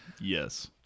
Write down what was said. Yes